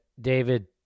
David